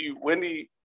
Wendy